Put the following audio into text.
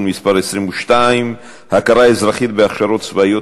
מס' 22) (הכרה אזרחית בהכשרות צבאיות),